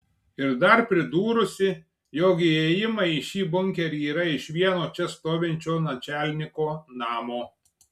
ir dar pridūrusi jog įėjimai į šį bunkerį yra iš vieno čia stovinčio načalniko namo